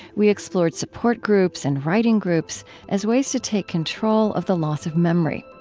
we explored support groups and writing groups as ways to take control of the loss of memory.